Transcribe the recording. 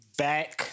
back